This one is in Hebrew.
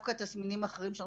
דווקא תסמינים אחרים.